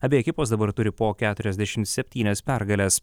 abi ekipos dabar turi po keturiasdešim septynias pergales